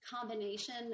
combination